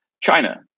China